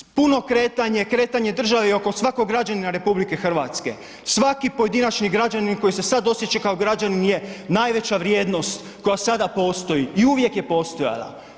Puno kretanje i kretanje države oko svakog građanina RH, svaki pojedinačni građanin koji se sada osjeća kao građanin je najveća vrijednost koja sada postoji i uvijek je postojala.